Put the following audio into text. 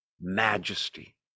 Majesty